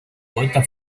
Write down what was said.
poeta